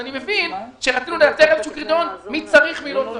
אני מבין שרצו קריטריון למי צריך ומי לא צריך.